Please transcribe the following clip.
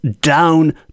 down